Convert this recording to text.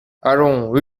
allons